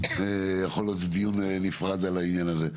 יכול להיות שנעשה דיון נפרד על העניין הזה.